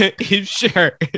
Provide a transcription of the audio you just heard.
Sure